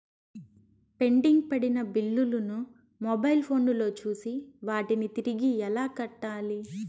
pending పడిన బిల్లులు ను మొబైల్ ఫోను లో చూసి వాటిని తిరిగి ఎలా కట్టాలి